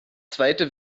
zweite